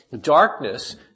Darkness